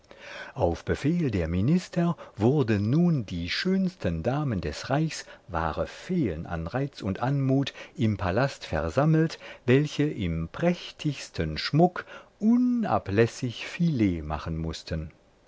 auf befehl der minister wurden nun die schönsten damen des reichs wahre feen an reiz und anmut im palast versammelt welche im prächtigsten schmuck unablässig filet machen mußten